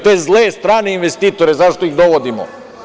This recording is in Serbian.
Te zle strane investitore zašto ih dovodimo?